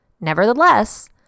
Nevertheless